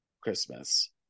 Christmas